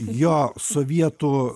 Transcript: jo sovietų